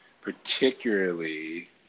particularly